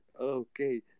Okay